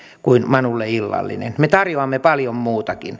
kuin manulle illallinen me tarjoamme paljon muutakin